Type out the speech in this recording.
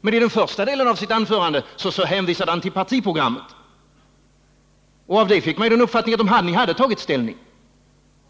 Men i den första delen av anförandet hänvisade han till partiprogrammet, och av det fick man uppfattningen att ni tagit ställning.